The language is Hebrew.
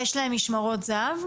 יש להם משמרות זה"ב?